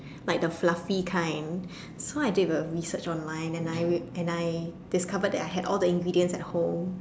like the fluffy kind so I did a research online and I and I discovered that I had all the ingredients at home